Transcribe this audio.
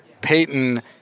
Peyton